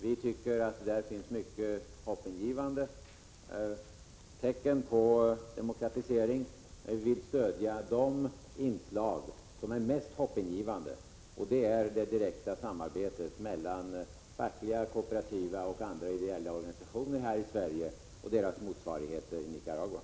Vi tycker att där finns många hoppingivande tecken på demokratisering. Vi vill stödja de inslag som är mest hoppingivande, och dit hör det direkta samarbetet mellan fackliga, kooperativa och andra ideella organisationer här i Sverige och deras motsvarigheter i Nicaragua.